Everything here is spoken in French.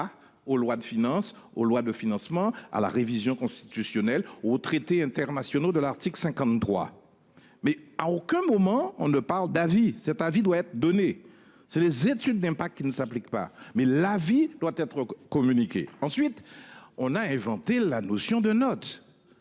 aux lois de finances aux lois de financement à la révision constitutionnelle aux traités internationaux de l'article 53. Mais à aucun moment on ne parle d'avis cet avis doit être donnée, c'est les études d'impact qui ne s'applique pas mais la vie doit être communiqué. Ensuite on a inventé la notion de notes.